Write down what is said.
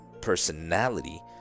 personality